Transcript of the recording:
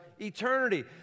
eternity